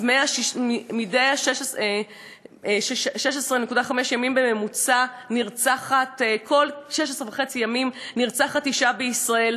אז מדי 16.5 ימים בממוצע נרצחת אישה בישראל